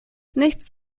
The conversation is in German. nichts